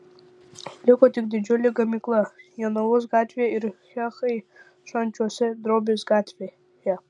liko tik didžiulė gamykla jonavos gatvėje ir cechai šančiuose drobės gatvėje